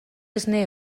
esne